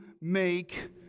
make